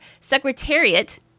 Secretariat